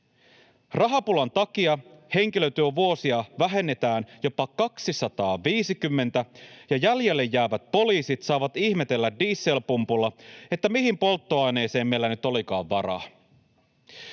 Rahapulan takia henkilötyövuosia vähennetään jopa 250, ja jäljelle jäävät poliisit saavat ihmetellä dieselpumpulla, mihin polttoaineeseen meillä nyt olikaan varaa.